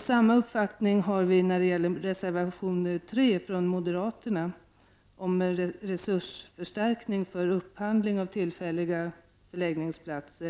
Samma uppfattning har utskottet när det gäller reservation 3 från modera terna om resursförstärkning för upphandling av tillfälliga förläggningsplatser.